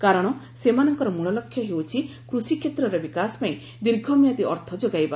କାରଣ ସେମାନଙ୍କର ମୂଳ ଲକ୍ଷ୍ୟ ହେଉଛି କୃଷିକ୍ଷେତ୍ରର ବିକାଶପାଇଁ ଦୀର୍ଘମିଆଦୀ ଅର୍ଥ ଯୋଗାଇବା